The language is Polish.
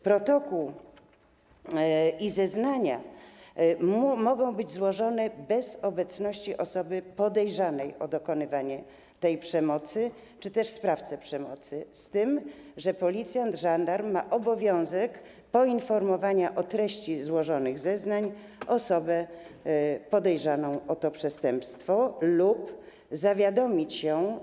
Protokół i zeznania mogą być złożone bez obecności osoby podejrzanej o dokonywanie przemocy czy też sprawcy przemocy, z tym że policjant, żandarm ma obowiązek poinformowania o treści złożonych zeznań osobę podejrzaną o to przestępstwo lub zawiadomić ją.